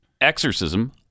Exorcism